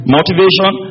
Motivation